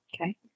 Okay